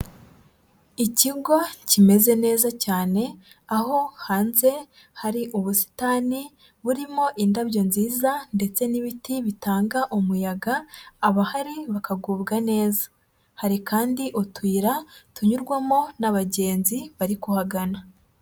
Ikigo kimeze neza cyane, aho hanze hari ubusitani burimo indabyo nziza ndetse n'ibiti bitanga umuyaga abahari bakagubwa neza, hari kandi utuyira tunyurwamo n'abagenzi bari kuhagana.